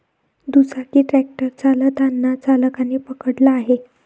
दुचाकी ट्रॅक्टर चालताना चालकाने पकडला आहे